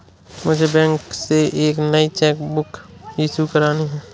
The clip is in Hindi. मुझे बैंक से एक नई चेक बुक इशू करानी है